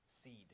seed